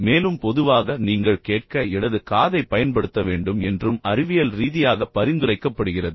மேலும் பொதுவாக நீங்கள் கேட்க இடது காதைப் பயன்படுத்த வேண்டும் என்றும் அறிவியல் ரீதியாக பரிந்துரைக்கப்படுகிறது